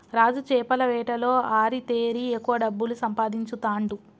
రాజు చేపల వేటలో ఆరితేరి ఎక్కువ డబ్బులు సంపాదించుతాండు